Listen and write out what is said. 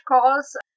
calls